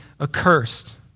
accursed